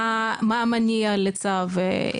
מה המניע לצו.